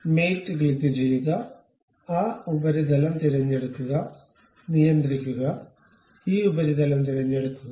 അതിനാൽ മേറ്റ് ക്ലിക്കുചെയ്യുക ആ ഉപരിതലം തിരഞ്ഞെടുക്കുക നിയന്ത്രിക്കുക ഈ ഉപരിതലം തിരഞ്ഞെടുക്കുക